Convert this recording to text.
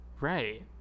Right